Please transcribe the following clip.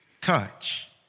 touch